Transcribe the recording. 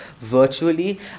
virtually